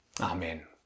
Amen